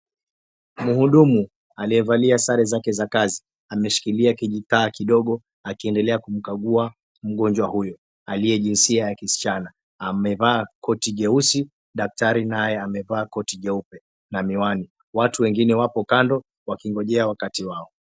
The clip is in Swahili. Mhudumu aliyevalia sare zake za kazi. Ameshilikilia kijitaa kidogo akiendelea kumkagua mgonjwa huyo, aliye jinsia ya kisichana amevaa koti jeusi, daktari naye amevaa koti jeupe na miwani. Watu wengine wapo kando wakingonjea wakati wao.